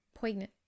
Poignant